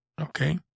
Okay